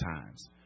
times